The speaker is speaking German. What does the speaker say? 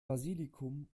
basilikum